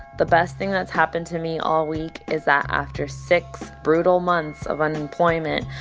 the best thing that's happened to me all week is that after six brutal months of unemployment,